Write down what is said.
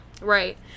Right